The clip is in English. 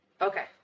Okay